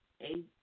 eight